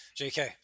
JK